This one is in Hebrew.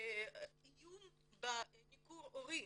איום בניכור הורי,